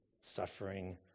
suffering